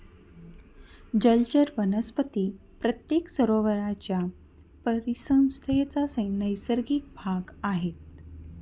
जलचर वनस्पती प्रत्येक सरोवराच्या परिसंस्थेचा नैसर्गिक भाग आहेत